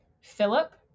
Philip